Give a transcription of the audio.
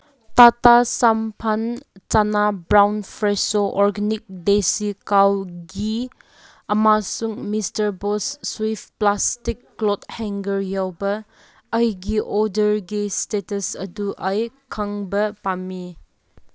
ꯇꯇꯥ Sampann chana brown Fresho organic desi cow ghee ꯑꯃꯁꯨꯡ mister Boss ꯁ꯭ꯋꯤꯐ plastic cloth hanger ꯌꯥꯎꯕ ꯑꯩꯒꯤ ꯑꯣꯗꯔꯒꯤ ꯏꯁꯇꯦꯇꯁ ꯑꯗꯨ ꯑꯩ ꯈꯪꯕ ꯄꯥꯝꯃꯤ